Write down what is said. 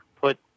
put